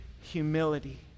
humility